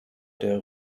der